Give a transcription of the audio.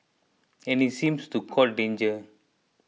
and he seems to court danger